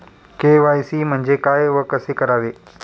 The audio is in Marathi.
के.वाय.सी म्हणजे काय व कसे करावे?